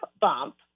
bump